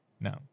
No